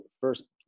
first